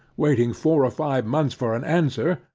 waiting four or five months for an answer,